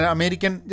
American